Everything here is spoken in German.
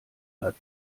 hat